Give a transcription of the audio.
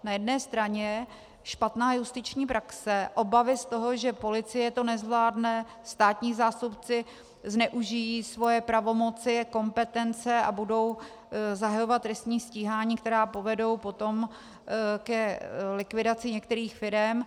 Na jedné straně špatná justiční praxe, obavy z toho, že policie to nezvládne, státní zástupci zneužijí svoje pravomoci a kompetence a budou zahajovat trestní stíhání, která povedou potom k likvidaci některých firem.